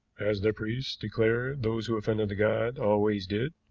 as their priests declared those who offended the god always did,